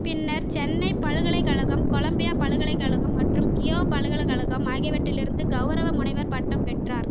பின்னர் சென்னைப் பல்கலைக்கழகம் கொலம்பியா பல்கலைக்கலகம் மற்றும் கியோ பல்கலைக்கலகம் ஆகியவற்றிலிருந்து கெளரவ முனைவர் பட்டம் பெற்றார்